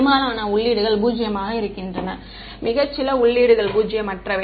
பெரும்பாலான உள்ளீடுகள் பூஜ்ஜியமாக இருக்கின்றன மிகச் சில உள்ளீடுகள் பூஜ்ஜியமற்றவை